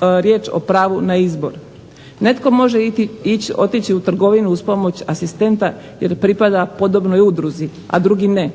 riječ o pravu na izbor. Netko može otići u trgovinu uz pomoć asistenta jer pripada podobnoj udruzi, a drugi ne.